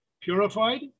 purified